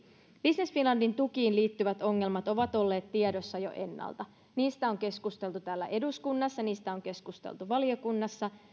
business finlandin tukiin liittyvät ongelmat ovat olleet tiedossa jo ennalta niistä on keskusteltu täällä eduskunnassa niistä on keskusteltu valiokunnassa